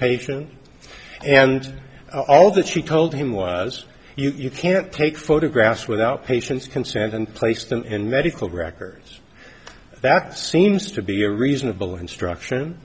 patient and all that she told him was you can't take photographs without patients consent and place them in medical records that seems to be a reasonable instruction